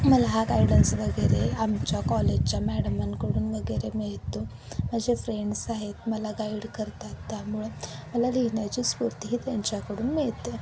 मला हा गायडन्स वगैरे आमच्या कॉलेजच्या मॅडमांकडून वगेरे मिळतो माझे फ्रेंड्स आहेत मला गाईड करतात त्यामुळे मला लिहिण्याची स्फूर्ती ही त्यांच्याकडून मिळते